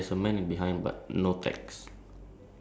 ya uh mine doesn't have anything